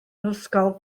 ysgol